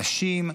נשים,